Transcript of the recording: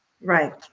Right